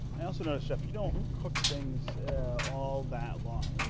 i also notice yeah you don't cook things all that long. i mean